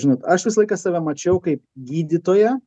žinot aš visą laiką save mačiau kaip gydytoją